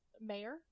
mayor